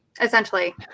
essentially